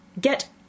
Get